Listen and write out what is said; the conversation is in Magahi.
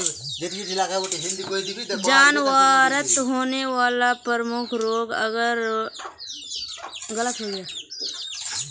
जानवरत होने वाला प्रमुख रोग आर वहार लक्षनेर बारे डॉक्टर चर्चा करले